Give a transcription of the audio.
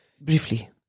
briefly